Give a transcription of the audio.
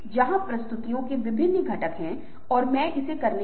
डा gods must be crazy एक film है जो कोका कोला की बोतल से शुरू होती है